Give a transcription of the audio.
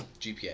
GPA